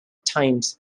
times